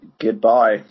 goodbye